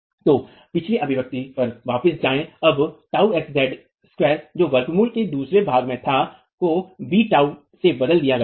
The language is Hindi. तो पिछली अभिव्यक्ति पर वापस जाएं अब τxz2 जो वर्ग मूल के दूसरे भाग में था को bτ से बदल दिया गया है